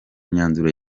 myanzuro